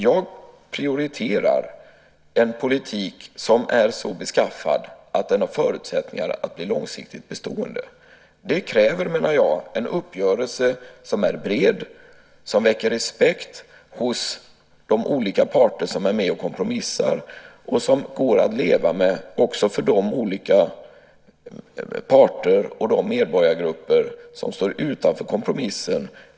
Jag prioriterar en politik som är så beskaffad att den har förutsättningar att bli långsiktigt bestående. Det kräver, menar jag, en uppgörelse som är bred, som väcker respekt hos de olika parter som är med och kompromissar och som går att leva med också för de olika parter och medborgargrupper som står utanför kompromissen.